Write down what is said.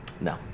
No